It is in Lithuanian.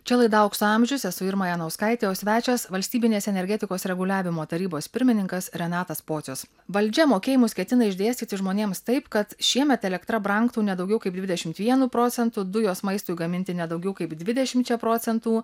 čia laida aukso amžius esu irma janauskaitė o svečias valstybinės energetikos reguliavimo tarybos pirmininkas renatas pocius valdžia mokėjimus ketina išdėstyti žmonėms taip kad šiemet elektra brangtų ne daugiau kaip dvidešimt vienu procentu dujos maistui gaminti ne daugiau kaip dvidešimčia procentų